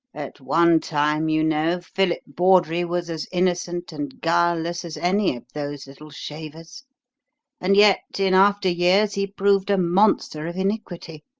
at one time, you know, philip bawdrey was as innocent and guileless as any of those little shavers and yet, in after years he proved a monster of iniquity,